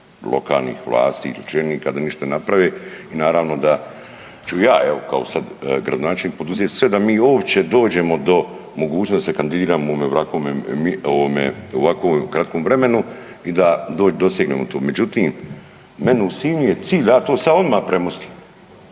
lokalnih vlasti ili čelnika da nešto naprave. I naravno da ću ja evo kao sada gradonačelnik poduzeti sve da mi uopće dođemo do mogućnosti da se kandidiramo u ovako kratkom vremenu i da dosegnemo to. Međutim, meni u Sinju je cilj da ja to sada odmah premostim